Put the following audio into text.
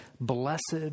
Blessed